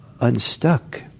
unstuck